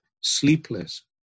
sleepless